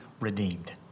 redeemed